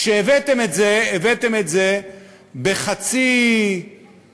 כשהבאתם את זה, הבאתם את זה בחצי גז.